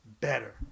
better